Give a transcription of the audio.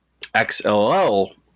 XLL